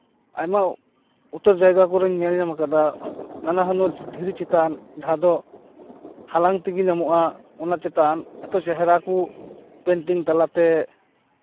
ᱟᱭᱢᱟ ᱩᱛᱟᱹᱨ ᱡᱟᱭᱜᱟ ᱠᱚᱨᱮᱧ ᱧᱮᱞ ᱧᱟᱢ ᱠᱟᱫᱟ ᱱᱟᱱᱟᱦᱩᱱᱟᱹᱨ ᱫᱷᱤᱨᱤ ᱪᱮᱛᱟᱱ ᱡᱟᱦᱟᱸ ᱫᱚ ᱦᱟᱞᱟᱝ ᱛᱮᱜᱮ ᱧᱟᱢᱚᱜᱼᱟ ᱚᱱᱟ ᱪᱮᱛᱟᱱ ᱮᱛᱚ ᱪᱮᱦᱨᱟ ᱠᱚ ᱯᱮᱱᱴᱤᱝ ᱛᱟᱞᱟᱛᱮ